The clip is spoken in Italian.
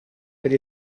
per